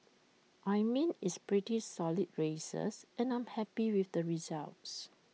I mean it's pretty solid races and I'm happy with the results